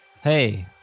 Hey